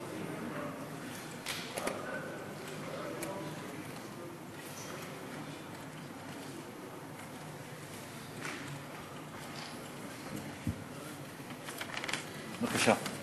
בבקשה.